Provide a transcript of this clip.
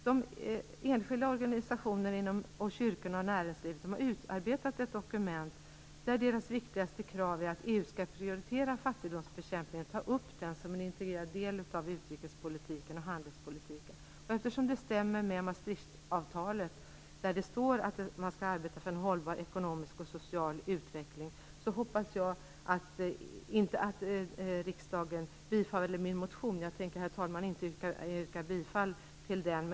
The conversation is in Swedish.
De enskilda organisationerna, kyrkorna och näringslivet har utarbetat ett dokument där det viktigaste kravet är att EU skall prioritera fattigdomsbekämpningen och ta upp den som en integrerad del av utrikespolitiken och handelspolitiken. Det stämmer med Maastrichtavtalet, där det står att man skall arbeta för en hållbar ekonomisk och social utveckling. Jag hoppas inte på att riksdagen bifaller min motion. Jag tänker herr talman, inte yrka bifall till den.